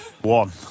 One